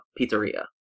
pizzeria